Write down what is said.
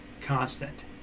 constant